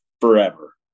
forever